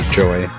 joy